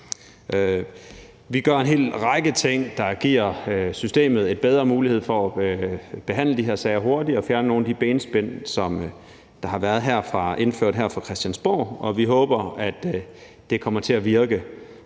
Vi gør en hel række ting, der giver systemet en bedre mulighed for at behandle de her sager hurtigere og fjerne nogle af de benspænd, der har været indført her fra Christiansborgs side, og vi håber, at det kommer til at virke.